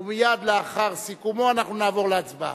ומייד לאחר סיכומו אנחנו נעבור להצבעה.